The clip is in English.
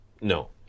No